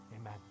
amen